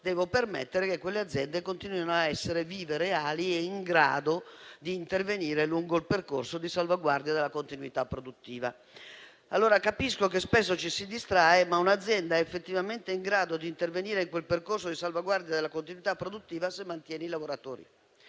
devo permettere che quelle aziende continuino a essere vive, reali e in grado di intervenire lungo il percorso di salvaguardia della continuità produttiva. Allora, io capisco che spesso ci si distrae, ma un'azienda è effettivamente in grado di intervenire in quel percorso di salvaguardia della continuità produttiva, se mantiene i lavoratori.